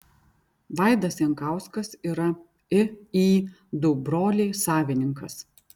vaidas jankauskas yra iį du broliai savininkas